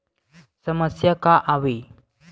समस्या का आवे?